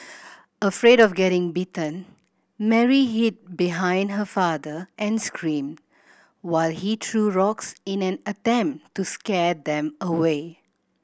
afraid of getting bitten Mary hid behind her father and screamed while he threw rocks in an attempt to scare them away